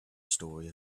story